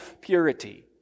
purity